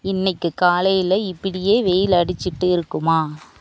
இன்னைக்கு காலையில் இப்படியே வெயிலடிச்சிகிட்டு இருக்குமா